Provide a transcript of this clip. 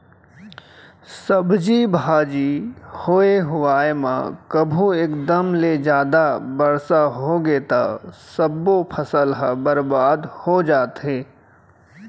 सब्जी भाजी होए हुवाए म कभू एकदम ले जादा बरसा होगे त सब्बो फसल ह बरबाद हो जाथे